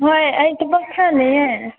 ꯍꯣꯏ ꯑꯩ ꯊꯕꯛ ꯈꯔ ꯂꯩꯌꯦ